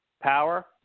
power